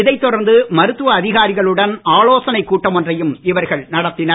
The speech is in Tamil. இதை தொடர்ந்து மருத்துவ அதிகாரிகளுடன் ஆலோசனைக் கூட்டம் ஒன்றையும் இவர்கள் நடத்தினர்